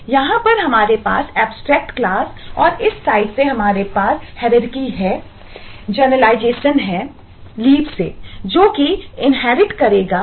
यहां पर हमारे पास एब्स्ट्रेक्ट क्लास करनी होगी